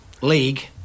league